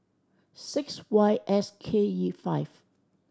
six Y S K E five